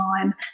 time